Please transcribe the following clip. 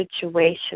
situations